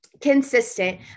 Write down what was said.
consistent